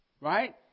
right